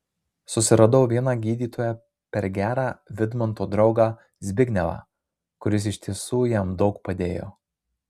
susiradau vieną gydytoją per gerą vidmanto draugą zbignevą kuris iš tiesų jam daug padėjo